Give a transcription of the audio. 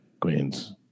Queens